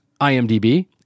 IMDB